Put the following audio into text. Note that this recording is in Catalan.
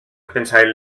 pensaven